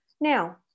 Now